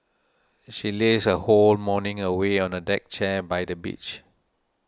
she lazed her whole morning away on a deck chair by the beach